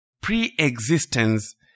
pre-existence